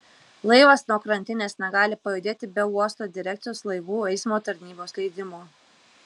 laivas nuo krantinės negali pajudėti be uosto direkcijos laivų eismo tarnybos leidimo